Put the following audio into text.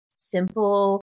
Simple